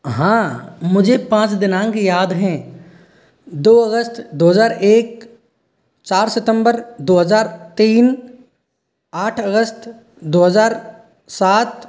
हाँ मुझे पाँच दिनांक याद हैं दो अगस्त दो हज़ार एक चार सितम्बर दो हज़ार तीन आठ अगस्त दो हज़ार सात